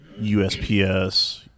USPS